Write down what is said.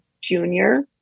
junior